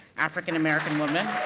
african american women